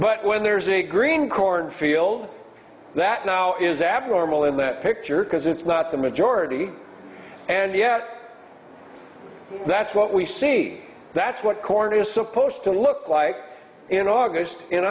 but when there's a green corn field that now is abnormal in that picture because it's not the majority and yet that's what we see that's what corn is supposed to look like in august in